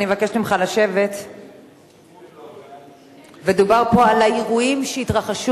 למה הוא הוציא שם רע על כל תושבי קריית-מלאכי?